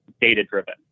data-driven